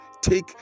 take